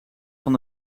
van